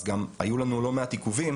אז גם היו לנו לא מעט עיכובים.